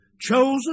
chosen